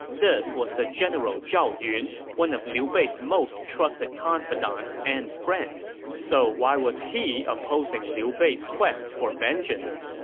this was the general zhao yun, one of liu bei's most trusted confidants and friends. so why was he opposing liu bei's quest for vengeance?